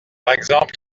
exemple